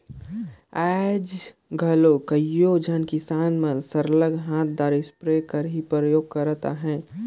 आएज घलो कइयो झन किसान मन सरलग हांथदार इस्पेयर कर ही परयोग करत अहें